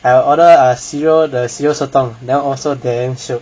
I'll order a cereal the ceral sotong that [one] also damn shiok